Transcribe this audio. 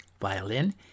violin